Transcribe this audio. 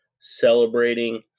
celebrating